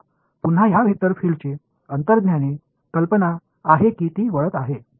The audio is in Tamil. எனவே மீண்டும் இந்த வெக்டர் பீல்டு வேறுபடுகிறது என்ற உள்ளுணர்வு உள்ளது